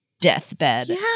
deathbed